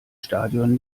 stadion